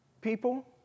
people